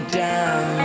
down